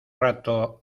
rato